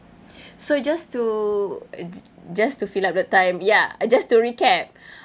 so just to uh just to fill up the time ya just to recap